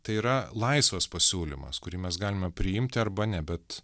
tai yra laisvas pasiūlymas kurį mes galime priimti arba ne bet